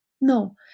No